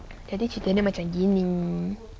jadi cerita dia macam ni mm